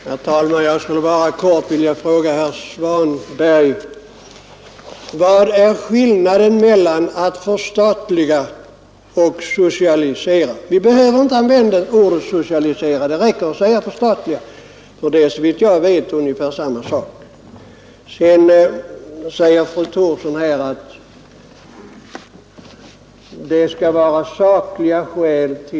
Herr talman! Jag vill bara helt kort fråga herr Svanberg: Vad är skillnaden mellan att förstatliga och att socialisera? Vi behöver inte använda ordet socialisera. Det räcker att säga förstatliga, ty det är, såvitt jag vet, ungefär samma sak. Fru Thorsson sade att vi inte har anfört sakliga skäl.